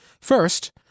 First